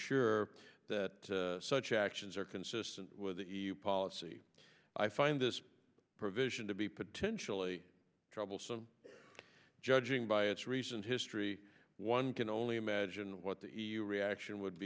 sure that such actions are consistent with the policy i find this provision to be potentially troublesome judging by its recent history one can only imagine what the reaction would